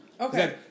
Okay